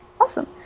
Awesome